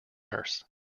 nurse